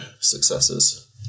successes